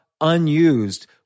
unused